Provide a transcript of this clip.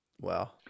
Wow